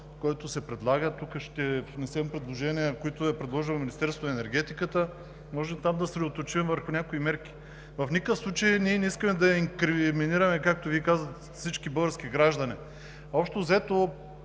който се предлага, ще внесем предложения, които са на Министерството на енергетиката – може там да се съсредоточим върху някои мерки. В никакъв случай ние не искаме да инкриминираме, както Вие казвате, всички български граждани. Общо взето,